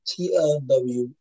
TLW